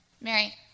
Mary